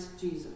Jesus